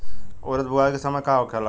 उरद बुआई के समय का होखेला?